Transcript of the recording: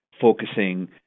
focusing